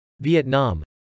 Vietnam